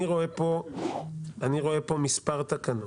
אני רואה פה מספר תקנות,